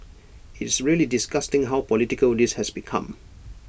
IT is really disgusting how political this has become